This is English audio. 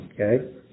Okay